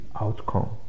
outcome